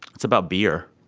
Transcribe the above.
it's about beer